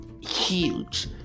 huge